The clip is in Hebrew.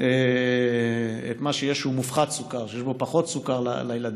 את מה שהוא מופחת סוכר, שיש בו פחות סוכר, לילדים.